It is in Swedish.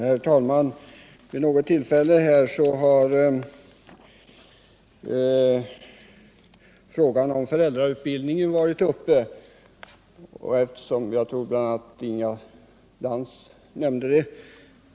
Herr talman! Vid något tillfälle har frågan om föräldrautbildningen varit uppe till behandling. Jag tror att bl.a. Inga Lantz nämnde detta.